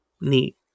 neat